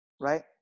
Right